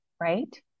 right